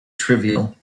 trivial